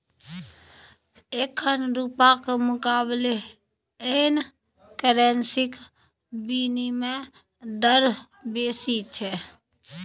एखन रुपाक मुकाबले येन करेंसीक बिनिमय दर बेसी छै